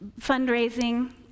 fundraising